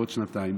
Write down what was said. בעוד שנתיים,